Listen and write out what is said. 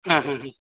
ആ ആ ആ